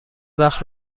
وقت